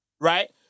Right